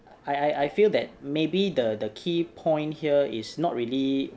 I I feel that maybe the the key point here is not really